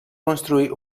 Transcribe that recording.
construir